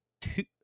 two